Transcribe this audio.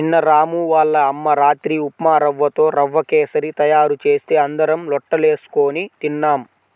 నిన్న రాము వాళ్ళ అమ్మ రాత్రి ఉప్మారవ్వతో రవ్వ కేశరి తయారు చేస్తే అందరం లొట్టలేస్కొని తిన్నాం